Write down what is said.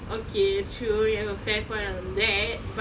okay true fair point on that